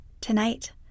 Tonight